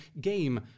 game